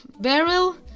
barrel